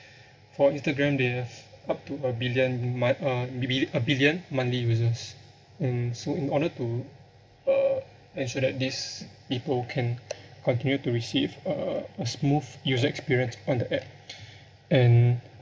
for instagram they have up to a billion mon~ uh bi~ bil~ a billion monthly users and so in order to uh ensure that these people can continue to receive uh a smooth user experience on the app and